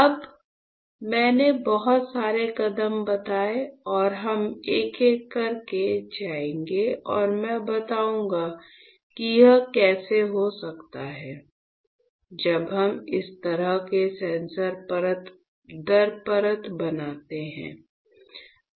अब मैंने बहुत सारे कदम बताए और हम एक एक करके जाएंगे और मैं बताऊंगा कि यह कैसे हो सकता है जब हम इस तरह की सेंसर परत दर परत बनाते हैं